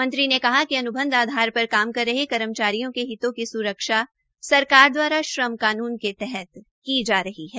मंत्री ने कहा कि अन्बध आधार पर काम कर रहे कर्मचारियों के हितों की स्रक्षा सरकार द्वारा श्रम कानून के तहत जा रही है